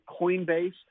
Coinbase